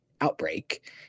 outbreak